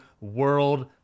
World